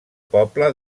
poble